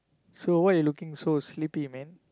so why you looking so sleepy man